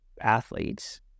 athletes